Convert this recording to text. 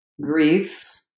grief